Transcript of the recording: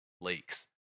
lakes